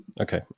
okay